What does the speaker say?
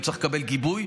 הוא צריך לקבל גיבוי,